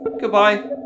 Goodbye